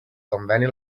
conveni